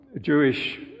jewish